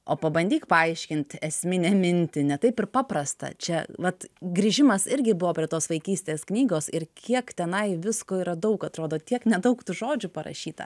o pabandyk paaiškint esminę mintį ne taip ir paprasta čia vat grįžimas irgi buvo prie tos vaikystės knygos ir kiek tenai visko yra daug atrodo tiek nedaug tų žodžių parašyta